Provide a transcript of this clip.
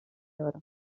oro